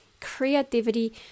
creativity